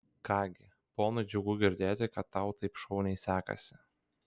ką gi ponui džiugu girdėti kad tau taip šauniai sekasi